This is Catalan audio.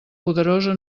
poderosa